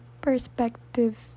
perspective